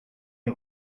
les